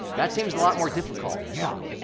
that seems a lot more difficult, yeah,